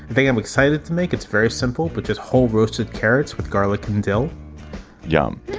the thing i'm excited to make, it's very simple, which is whole roasted carrots with garlic and dill yummy,